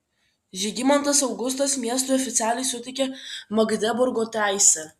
žygimantas augustas miestui oficialiai suteikė magdeburgo teisę